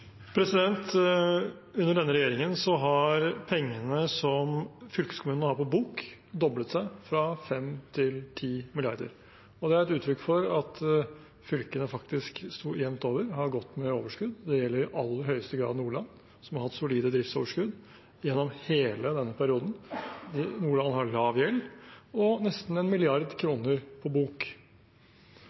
Under denne regjeringen har pengene som fylkeskommunene har på bok, doblet seg fra 5 mrd. kr til 10 mrd. kr. Det er et uttrykk for at fylkene faktisk jevnt over har gått med overskudd. Det gjelder i aller høyeste grad Nordland, som har hatt solide driftsoverskudd gjennom hele denne perioden, med lav gjeld og nesten 1 mrd. kr på bok.